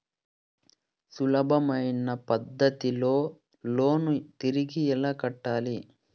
సులభమైన పద్ధతిలో లోను తిరిగి ఎలా కట్టాలి